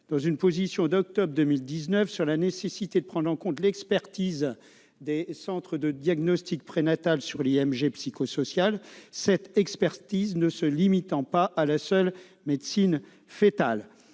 lui-même insisté en octobre 2019 sur la nécessité de prendre en compte l'expertise des centres de diagnostic prénatal sur l'IMG psychosociale, cette expertise ne se limitant pas à la seule médecine foetale.